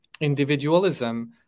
individualism